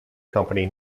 company